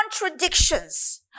contradictions